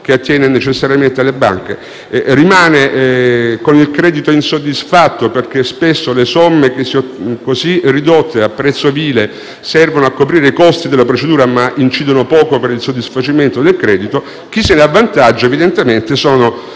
che attiene necessariamente alle banche), che rimane con il credito insoddisfatto, perché spesso le somme, così ridotte a prezzo vile, servono a coprire i costi della procedura e incidono poco sul soddisfacimento del credito. Chi se ne avvantaggia, evidentemente, sono